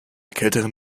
kälteren